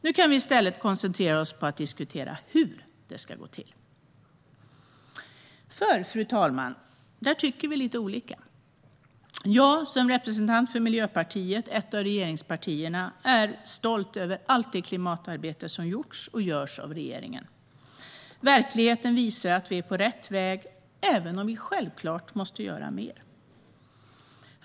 Nu kan vi i stället koncentrera oss på att diskutera hur det ska gå till. Fru talman! Där tycker vi nämligen lite olika. Jag, som representant för Miljöpartiet, ett av regeringspartierna, är stolt över allt det klimatarbete som har gjorts och som görs av vår regering. Verkligheten visar att vi är på rätt väg, även om vi självklart måste göra mer.